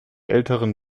älteren